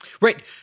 Right